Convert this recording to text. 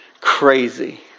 crazy